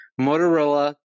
Motorola